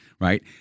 right